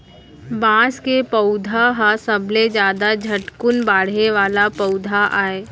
बांस के पउधा ह सबले जादा झटकुन बाड़हे वाला पउधा आय